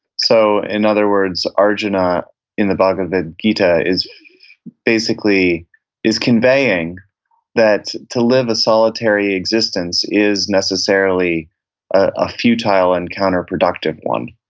so in other words, arjuna in the bhagavad gita basically is conveying that to live a solitary existence is necessarily a futile and counterproductive one.